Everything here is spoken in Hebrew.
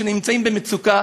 שנמצאים במצוקה,